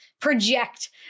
project